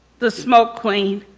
the smoke queen.